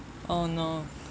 oh no